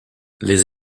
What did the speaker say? les